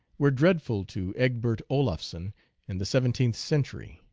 were dreadful to egbert olaf son in the seventeenth century.